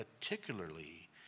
particularly